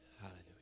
Hallelujah